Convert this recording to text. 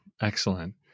Excellent